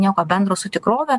nieko bendro su tikrove